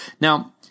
Now